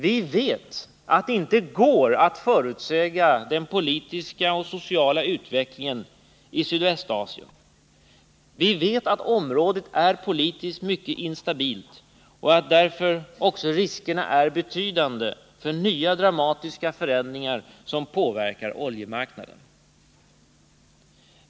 Vi vet att det inte går att förutsäga den politiska och sociala utvecklingen i Sydvästasien, vi vet att området är politiskt mycket instabilt och att därför också riskerna är betydande för nya dramatiska förändringar som påverkar oljemarknaden.